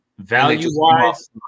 Value-wise